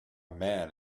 man